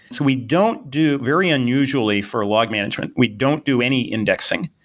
so we don't do very unusually for a log management, we don't do any indexing,